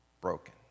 broken